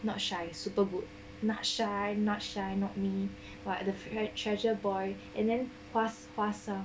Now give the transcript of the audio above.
not shy super good not shy not shy not me but the treasure boy and then fast faster